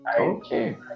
okay